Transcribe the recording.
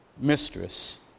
mistress